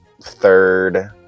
third